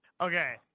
Okay